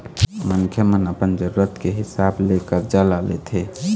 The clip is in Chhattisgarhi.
मनखे मन ह अपन जरुरत के हिसाब ले करजा ल लेथे